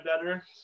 better